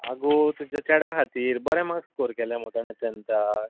आगो तुजे चेड्या खातीर बरे मार्क्स स्कोर केल्या मगो तेणें तेंथाक